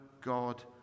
God